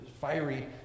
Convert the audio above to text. fiery